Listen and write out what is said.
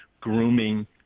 grooming